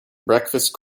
breakfast